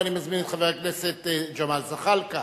ואני מזמין את חבר הכנסת ג'מאל זחאלקה